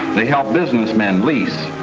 they helped businessmen lease,